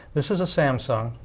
this is a samsung,